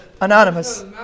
Anonymous